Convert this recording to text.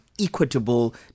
equitable